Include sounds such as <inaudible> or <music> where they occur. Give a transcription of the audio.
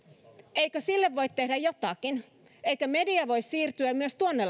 eikö sille voi tehdä jotakin eikö media voi siirtyä myös tuonne <unintelligible>